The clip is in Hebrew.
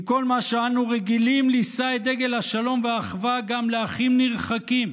עם כל מה שאנו רגילים לישא את דגל השלום והאחווה גם לאחים נרחקים,